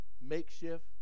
makeshift